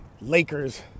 Lakers